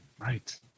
Right